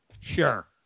Sure